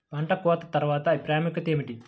పంట కోత తర్వాత ప్రాముఖ్యత ఏమిటీ?